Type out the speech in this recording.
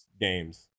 games